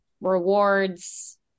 rewards